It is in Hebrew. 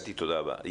קטי, תודה רבה.